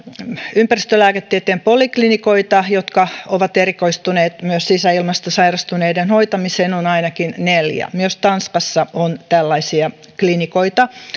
ympäristölääketieteen poliklinikoita jotka ovat erikoistuneet myös sisäilmasta sairastuneiden hoitamiseen on ainakin neljä myös tanskassa on tällaisia klinikoita